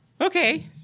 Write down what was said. Okay